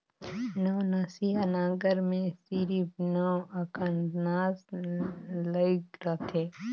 नवनसिया नांगर मे सिरिप नव अकन नास लइग रहथे